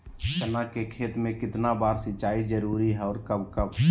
चना के खेत में कितना बार सिंचाई जरुरी है और कब कब?